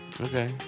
Okay